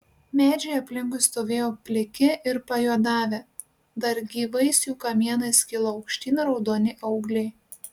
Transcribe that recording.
medžiai aplinkui stovėjo pliki ir pajuodavę dar gyvais jų kamienais kilo aukštyn raudoni augliai